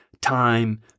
time